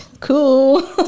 cool